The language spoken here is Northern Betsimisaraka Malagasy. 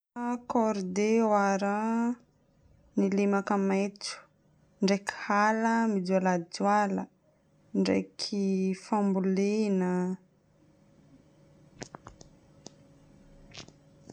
ny lemaka maitso, ndraiky hala mijoalajoala, ndraiky fambolena.